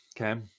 okay